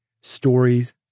stories